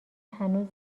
هنوز